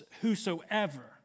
whosoever